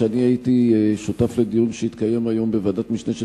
שאני הייתי שותף לדיון שהתקיים היום בוועדת משנה של